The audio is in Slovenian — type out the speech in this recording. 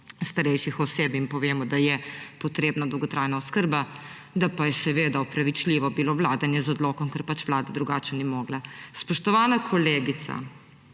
starejših oseb, in povemo, da je potrebna dolgotrajna oskrba, da pa je seveda bilo opravičljivo vladanje z odlokom, ker pač Vlada drugače ni mogla. Spoštovana kolegica,